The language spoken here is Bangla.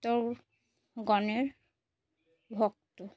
তার গানের ভক্ত